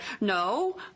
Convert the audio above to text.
no